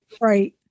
Right